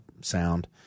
sound